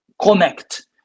connect